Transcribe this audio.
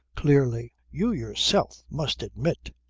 clearly! you yourself must admit.